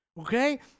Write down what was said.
Okay